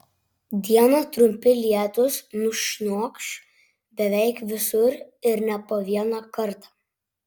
dieną trumpi lietūs nušniokš beveik visur ir ne po vieną kartą